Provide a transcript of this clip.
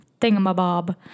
thingamabob